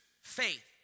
faith